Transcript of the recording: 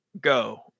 go